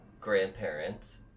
grandparents